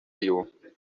you